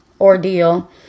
ordeal